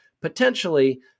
potentially